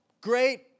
great